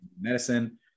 medicine